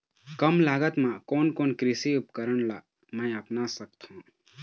कम लागत मा कोन कोन कृषि उपकरण ला मैं अपना सकथो?